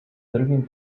drugim